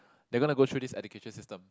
they're gonna go through this education system